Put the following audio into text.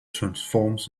transforms